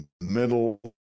middle